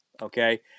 Okay